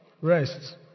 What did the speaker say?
Rest